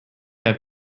have